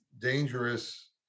dangerous